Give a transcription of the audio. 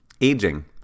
Aging